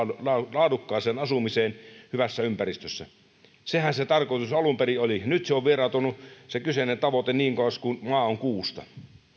laadukkaaseen asumiseen hyvässä ympäristössä sehän se tarkoitus alun perin oli nyt se kyseinen tavoite on vieraantunut niin kauas kuin maa on kuusta